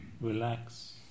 relax